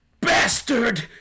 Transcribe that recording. Bastard